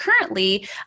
Currently